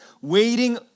waiting